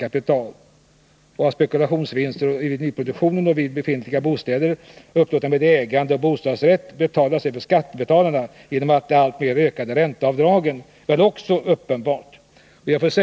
Att spekulationsvinster i nyproduktionen och i redan befintliga bostäder, upplåtna med ägandeoch bostadsrätt, betalas av skattebetalarna genom de alltmer ökande ränteavdragen bör också stå uppenbart.